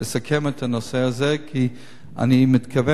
כי אני מתכוון אישית להתמסר לזה.